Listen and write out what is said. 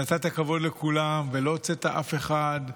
נתת כבוד לכולם, לא הוצאת אף אחד,